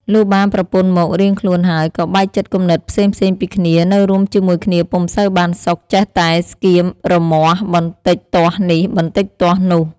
លុះបានប្រពន្ធមករៀងខ្លួនហើយ ក៏បែកចិត្តគំនិតផ្សេងៗពីគ្នានៅរួមជាមួយគ្នាពុំសូវបានសុខ ចេះតែស្កៀបរមាស់ បន្តិចទាស់នេះ បន្តិចទាស់នោះ។